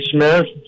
Smith